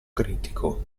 critico